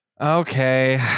Okay